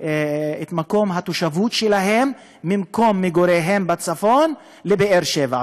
התושבות שלהם ממקום מגוריהם בצפון לבאר שבע,